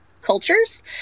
cultures